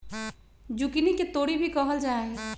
zucchini के तोरी भी कहल जाहई